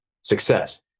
success